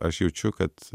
aš jaučiu kad